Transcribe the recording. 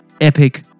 Epic